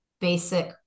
basic